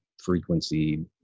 frequency